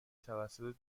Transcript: توسط